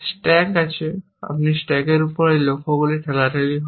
stack আছে আপনি স্ট্যাকের উপর এই লক্ষ্য ঠেলাঠেলি হয়